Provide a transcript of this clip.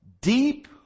deep